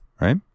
right